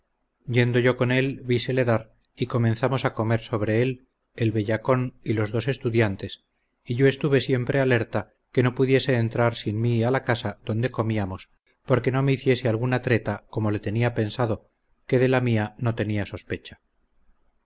yendo yo con él vísele dar y comenzamos a comer sobre él el bellacón y los dos estudiantes y yo estuve siempre alerta que no pudiese entrar sin mí a la casa donde comíamos porque no me hiciese alguna treta como lo tenía pensado que de la mía no tenía sospecha